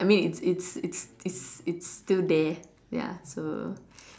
I mean it's it's it's it's it's still there ya so